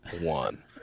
one